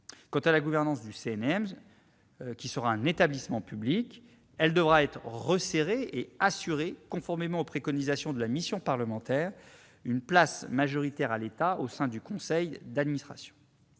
Quant à la gouvernance du CNM, qui sera un établissement public, elle devra être resserrée et assurer, conformément aux préconisations de la mission parlementaire, une place majoritaire à l'État au sein du conseil d'administration.